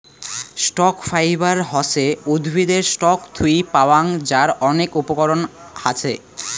stock fibre হসে উদ্ভিদের stock থুই পাওয়াং যার অনেক উপকরণ হাছে